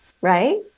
right